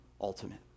ultimate